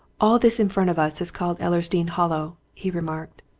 all this in front of us is called ellersdeane hollow, he remarked.